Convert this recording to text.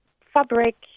Fabric